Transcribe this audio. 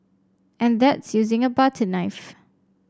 and that's using a butter knife